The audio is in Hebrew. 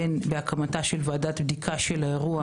והן בהקמתה של ועדת בדיקה של האירוע